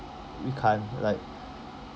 we can't like